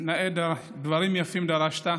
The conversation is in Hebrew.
דברים יפים דרשת,